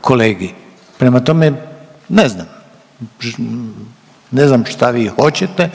kolegi. Prema tome, ne znam. Ne znam šta vi hoćete.